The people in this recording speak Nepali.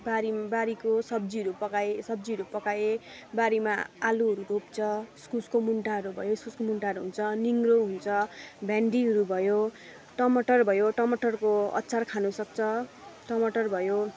बारी बारीको सब्जीहरू पकाएँ सब्जीहरू पकाएँ बारीमा आलुहरू रोप्छ इस्कुसको मुन्टाहरू भयो इस्कुसको मुन्टाहरू हुन्छ निङ्ग्रो हुन्छ भेन्डीहरू भयो टमाटर भयो टमाटरको अचार खानु सक्छ टमाटर भयो